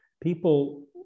People